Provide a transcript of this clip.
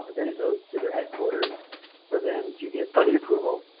then it goes to their headquarters for them to get funding approval,